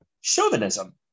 chauvinism